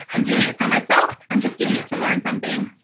i'm doing it for myself, i'm just doing it to learn something,